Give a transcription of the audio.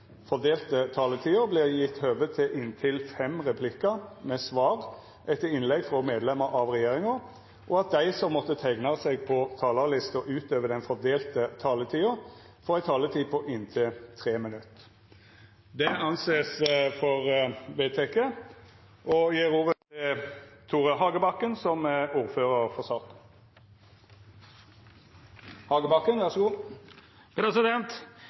fordelte taletida – vert gjeve høve til inntil fem replikkar med svar etter innlegg frå medlemer av regjeringa, og at dei som måtte teikna seg på talarlista utover den fordelte taletida, får ei taletid på inntil 3 minutt. – Det er vedteke. Her i Stortinget behandler vi saker som gjelder alle i samfunnet, mange av oss og